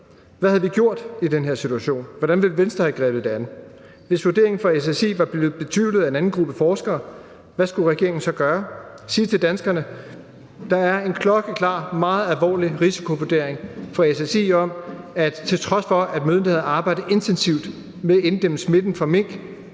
Hvad havde de gjort i den her situation? Hvordan ville Venstre have grebet det an? Hvis vurderingen fra SSI var blevet betvivlet af en anden gruppe forskere, hvad skulle regeringen så gøre? Skulle den sige til danskerne: Der er en klokkeklar og meget alvorlig risikovurdering fra SSI om, at til trods for at myndighederne har arbejdet intensivt med at inddæmme smitten fra mink,